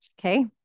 Okay